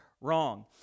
wrong